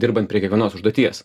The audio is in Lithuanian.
dirbant prie kiekvienos užduoties